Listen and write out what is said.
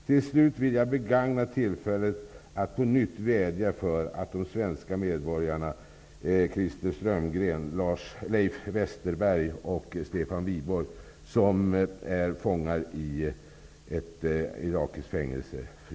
Slutligen vill jag begagna tillfället att på nytt vädja för att de svenska medborgarna Christer